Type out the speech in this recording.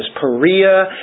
Perea